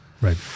right